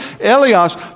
Elias